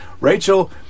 Rachel